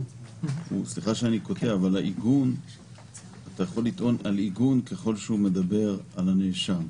אתה יכול לטעון על עיגון ככל שזה מדבר על הנאשם,